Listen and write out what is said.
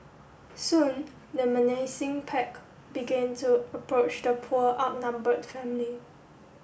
soon the menacing pack began to approach the poor outnumbered family